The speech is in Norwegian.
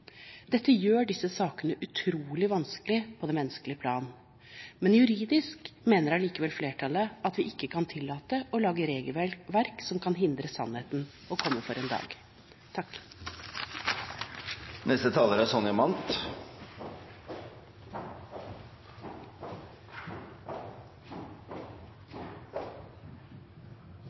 Dette gjør disse sakene utrolig vanskelig på det menneskelige plan, men juridisk mener allikevel flertallet at vi ikke kan tillate oss å lage regelverk som kan hindre at sannheten kommer for en dag.